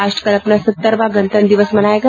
राष्ट्र कल अपना सत्तरवां गणतंत्र दिवस मनायेगा